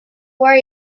where